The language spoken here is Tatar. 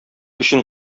өчен